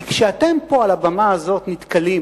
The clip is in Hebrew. כי כשאתם פה, על הבמה הזאת, נתקלים